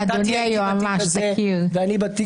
אתה תהיה בתיק הזה ואני אהיה בתיק הזה.